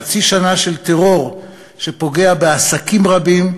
חצי שנה של טרור שפוגע בעסקים רבים,